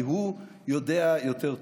כי הוא יודע יותר טוב.